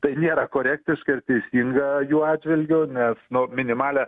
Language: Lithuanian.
tai nėra korektiška ir teisinga jų atžvilgiu nes nu minimalią